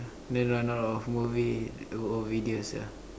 then run out of movie or or video sia